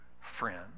friend